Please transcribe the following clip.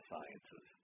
Sciences